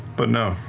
but no.